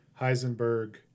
heisenberg